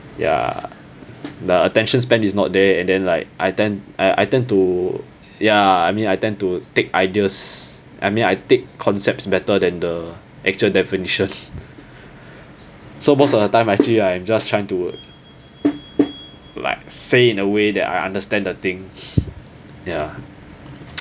ya the attention span is not there and then like I tend I I tend to ya I mean I tend to take ideas I mean I take concepts better than the actual definition so most of the time actually I'm just trying to like say in a way that I understand the thing ya